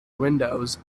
windows